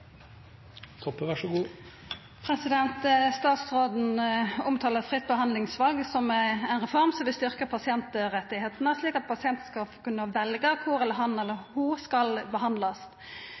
Statsråden omtalar fritt behandlingsval som ei reform som vil styrkja pasientrettane, slik at pasientane skal kunna velja kvar han eller ho skal behandlast.